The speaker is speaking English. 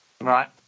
Right